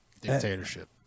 dictatorship